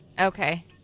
Okay